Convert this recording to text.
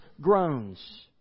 groans